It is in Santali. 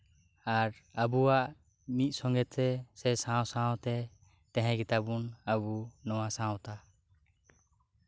ᱟᱨ ᱟᱵᱚᱣᱟᱜ ᱢᱤᱫ ᱥᱚᱝᱜᱮᱛᱮ ᱥᱮ ᱥᱟᱶ ᱥᱟᱶᱛᱮ ᱛᱟᱦᱮᱸ ᱜᱮᱛᱟ ᱵᱚᱱ ᱟᱵᱚ ᱱᱚᱶᱟ ᱥᱟᱶᱛᱟ